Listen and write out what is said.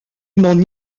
m’en